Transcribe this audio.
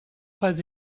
pas